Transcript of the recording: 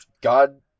God